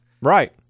Right